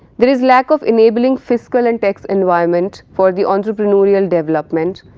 there is lack of enabling fiscal and tax environment for the entrepreneurial development,